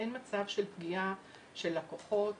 אין מצב של פגיעה של לקוחות